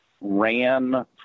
ran